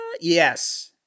Yes